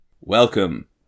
Welcome